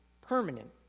permanent